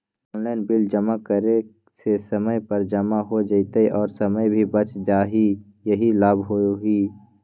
Online bill जमा करे से समय पर जमा हो जतई और समय भी बच जाहई यही लाभ होहई?